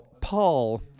Paul